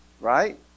right